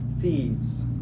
thieves